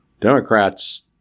Democrats